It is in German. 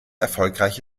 erfolgreiche